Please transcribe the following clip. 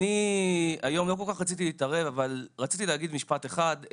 לא כל כך רציתי להתערב, אבל רציתי להגיד משפט אחד.